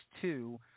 two